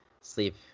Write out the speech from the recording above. sleep